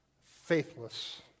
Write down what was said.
faithless